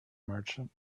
merchant